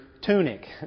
tunic